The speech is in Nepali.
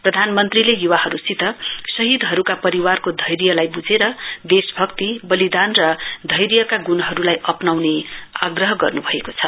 प्रधानमन्त्रीले युवाहरुसित शहीदहरुका परिवारको धैर्यलाई बुझेर देशभक्ति बलिदान र धैर्यका गुणहरुलाई अप्नाउने आग्रह गर्नुभएको छ